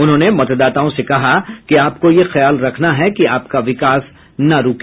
उन्होंने मतदाताओं से कहा कि आपको ये ख्याल रखना है कि आपका विकास न रुके